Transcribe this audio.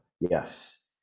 yes